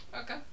Okay